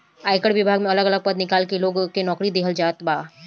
आयकर विभाग में अलग अलग पद निकाल के लोग के नोकरी देहल जात बा